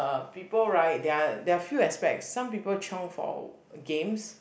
uh people right there are there are few aspects some people chiong for games